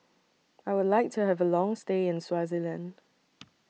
I Would like to Have A Long stay in Swaziland